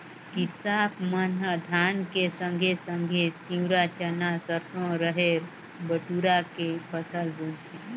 किसाप मन ह धान के संघे संघे तिंवरा, चना, सरसो, रहेर, बटुरा के फसल बुनथें